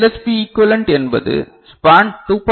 B equivalent என்பது span 2